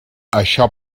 això